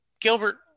Gilbert